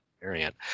variant